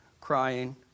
crying